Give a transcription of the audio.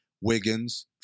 Wiggins